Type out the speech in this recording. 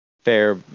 fair